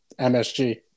MSG